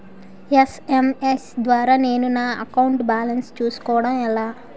SMS ద్వారా నేను నా అకౌంట్ బాలన్స్ చూసుకోవడం ఎలా?